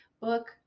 book